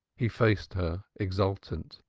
he faced her exultant.